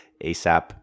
asap